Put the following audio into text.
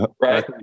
Right